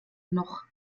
noch